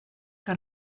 que